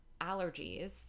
allergies